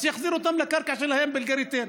אז שיחזירו אותם לקרקע שלהם באל-גריטן.